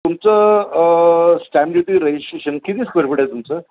तुमचं stamp duty registration किती square foot आहे तुमचं